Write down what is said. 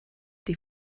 die